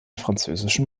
französischen